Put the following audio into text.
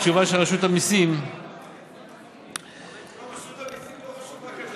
התשובה של רשות המיסים רשות המיסים לא חשובה כאן.